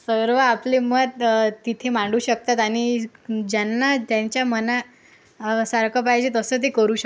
सर्व आपले मत तिथे मांडू शकतात आणि ज्यांना त्यांच्या मना सारखं पाहिजे तसं ते करू शक